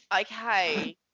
okay